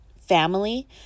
Family